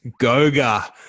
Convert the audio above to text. Goga